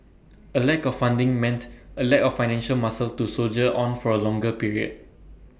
A lack of funding meant A lack of financial muscle to soldier on for A longer period